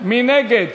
מי נגד?